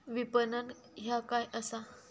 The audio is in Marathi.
विपणन ह्या काय असा?